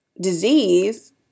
disease